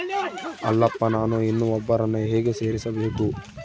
ಅಲ್ಲಪ್ಪ ನಾನು ಇನ್ನೂ ಒಬ್ಬರನ್ನ ಹೇಗೆ ಸೇರಿಸಬೇಕು?